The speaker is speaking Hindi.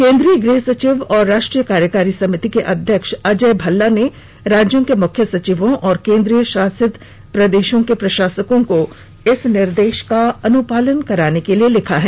केन्द्रीय गृह सचिव और राष्ट्रीय कार्यकारी समिति के अध्यक्ष अजय भल्ला ने राज्यों के मुख्य सचिवों और केन्द्रीय शासित प्रदेशों के प्रशासकों को इस निर्देश का अनुपालन कराने के लिए लिखा है